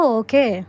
okay